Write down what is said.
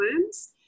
worms